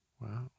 Wow